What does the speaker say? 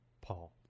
Paul